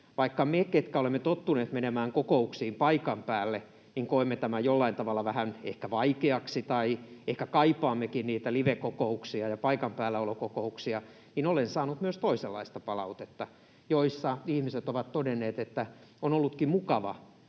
Vaikka me, ketkä olemme tottuneet menemään kokouksiin paikan päälle, koemme tämän jollain tavalla vähän ehkä vaikeaksi tai ehkä kaipaammekin niitä livekokouksia ja paikan päällä olo -kokouksia, niin olen saanut myös toisenlaista palautetta, jossa ihmiset ovat todenneet, että on ollutkin mukavaa,